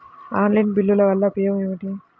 Online బిల్లుల వల్ల ఉపయోగమేమిటీ?